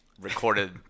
recorded